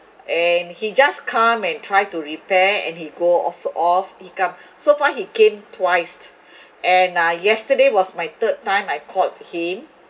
and he just come and try to repair and he go off he come so far he came twice and I yesterday was my third time I called him